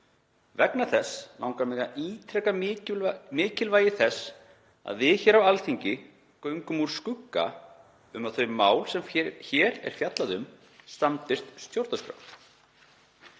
Vegna þess langar mig að ítreka mikilvægi þess að við hér á Alþingi göngum úr skugga um að þau mál sem hér er fjallað um standist stjórnarskrá.